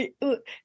look